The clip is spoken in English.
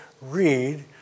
read